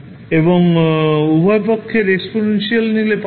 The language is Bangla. এবং উভয় পক্ষের এক্সপনেন্সিয়াল নিলে পাওয়া যাবে